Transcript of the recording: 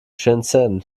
shenzhen